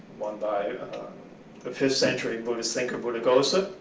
one by the fifth-century buddhist thinker, buddhaghosa,